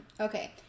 Okay